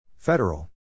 Federal